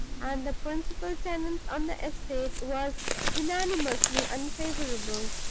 and the principal tenants on the estate was unanimously unfavorable.